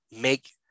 make